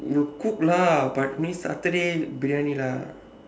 you cook lah but means saturday briyani lah